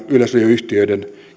yleisradioyhtiöiden